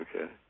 Okay